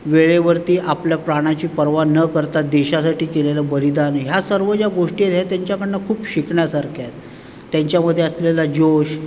वेळेवरती आपल्या प्राणाची पर्वा न करता देशासाठी केलेलं बलिदान ह्या सर्व ज्या गोष्टी आहेत ह्या त्यांच्याकडून खूप शिकण्यासारख्या आहेत त्यांच्यामध्ये असलेला जोश